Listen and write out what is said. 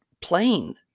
plain